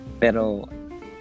Pero